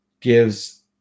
gives